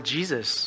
Jesus